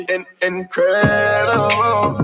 Incredible